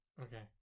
Okay